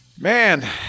man